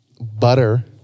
butter